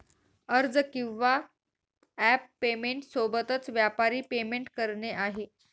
अर्ज किंवा app payment सोबतच, व्यापारी पेमेंट करणे आहे